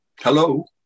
Hello